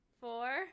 four